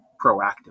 proactively